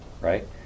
right